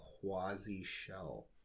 quasi-shell